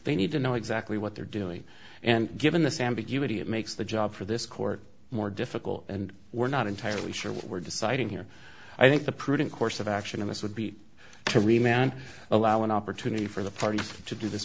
they need to know exactly what they're doing and given this ambiguity it makes the job for this court more difficult and we're not entirely sure what we're deciding here i think the prudent course of action in this would be to remain and allow an opportunity for the parties to do this